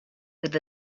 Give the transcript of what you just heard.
with